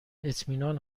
اطمینان